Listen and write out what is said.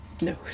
no